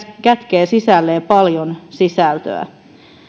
kätkee sisälleen paljon sisältöä